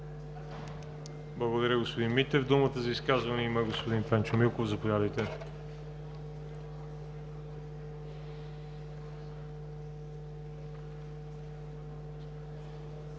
Благодаря Ви, господин Митев. Думата за изказване има господин Пенчо Милков – заповядайте.